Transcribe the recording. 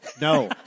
no